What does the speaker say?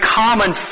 common